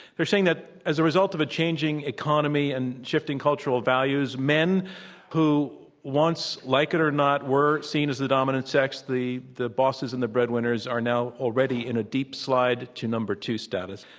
they're saying that as a result of a changing economy and shifting cultural values, men who once, like it or not, were seen as the dominant sex, the the bosses and the breadwinners, are now already in a deep slide to number two status.